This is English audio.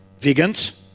vegans